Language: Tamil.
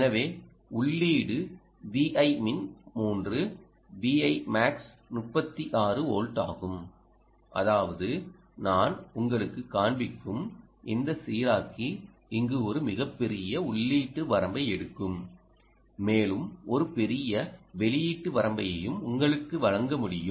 எனவே உள்ளீடு Vi min 3 Vi max 36 volt ஆகும் அதாவது நான் உங்களுக்குக் காண்பிக்கும் இந்த சீராக்கி இங்கு ஒரு மிகப் பெரிய உள்ளீட்டு வரம்பை எடுக்கும் மேலும் ஒரு பெரிய வெளியீட்டு வரம்பையும் உங்களுக்கு வழங்க முடியும்